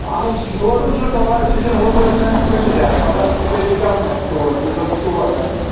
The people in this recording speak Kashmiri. اَہن حظ سُہ چھُ ہوٹَل چھُنہٕ پَراے سُہ چھُنہٕ ہوٹل اَسہِ کُنہِ تہِ جاے مگر سِٹے چھِ کَرُن اَسہِ تور زٕ دۄہ چھِ تور گژھٕنۍ